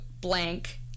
blank